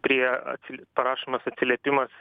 prie parašomas atsiliepimas